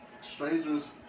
Strangers